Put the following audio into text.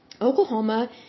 Oklahoma